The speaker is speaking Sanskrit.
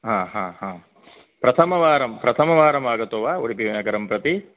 हा हा हा प्रथमवारं प्रथमवारम् आगतो वा उडुपिनगरं प्रति